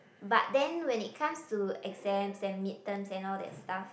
but then when it comes to exam and midterms and all that stuff